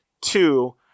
two